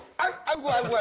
i was